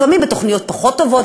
לפעמים בתוכניות פחות טובות,